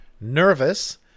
Nervous